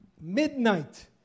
midnight